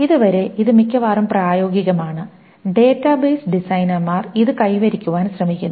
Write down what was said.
ഇത് വരെ ഇത് മിക്കവാറും പ്രായോഗികമാണ് ഡാറ്റാബേസ് ഡിസൈനർമാർ ഇത് കൈവരിക്കുവാൻ ശ്രമിക്കുന്നു